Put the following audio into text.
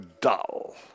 dull